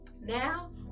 Now